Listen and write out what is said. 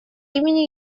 имени